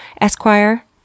Esquire